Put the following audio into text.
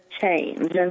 change